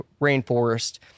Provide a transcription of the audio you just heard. rainforest